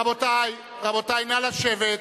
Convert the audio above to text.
רבותי, נא לשבת,